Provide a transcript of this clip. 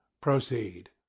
proceed